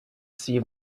свій